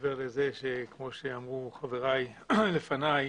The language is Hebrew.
מעבר לזה שכמו שאמרו חברי לפני,